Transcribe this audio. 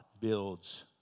builds